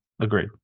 Agreed